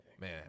Man